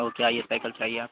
okay آئیے cycle سے آئیے آپ